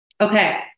Okay